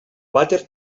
vàter